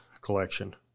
collection